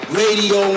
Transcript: radio